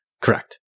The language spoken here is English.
Correct